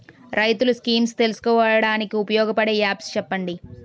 రైతులు స్కీమ్స్ తెలుసుకోవడానికి ఉపయోగపడే యాప్స్ చెప్పండి?